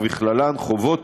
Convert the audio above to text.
ובכללן חובות